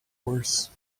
worse